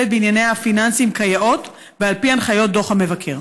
בענייניו הפיננסיים כיאות ועל פי הנחיות דוח המבקר?